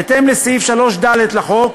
בהתאם לסעיף 3ד לחוק,